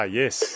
yes